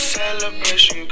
celebration